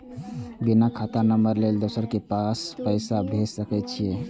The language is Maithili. बिना खाता नंबर लेल दोसर के पास पैसा भेज सके छीए?